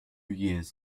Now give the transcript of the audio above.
years